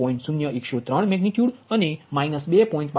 0103મેગનિટ્યુડ અને 2